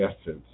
essence